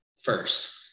first